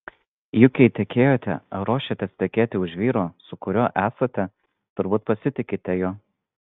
juk jei tekėjote ar ruošiatės tekėti už vyro su kuriuo esate turbūt pasitikite juo